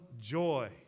joy